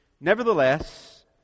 nevertheless